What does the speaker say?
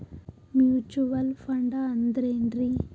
Mutual fund ಅಂದ್ರೆನ್ರಿ?